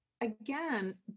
again